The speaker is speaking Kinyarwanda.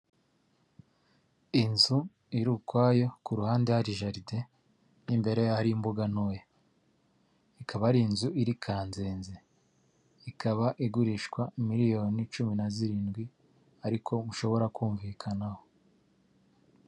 Inzu iri ukwayo, ku ruhande hari jaride imbere yaho hari imbuga ntoya, ikaba ari inzu iri Kanzenze, ikaba igurishwa miliyoni cumi na zirindwi ariko mushobora kumvikanaho.